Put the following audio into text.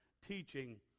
teaching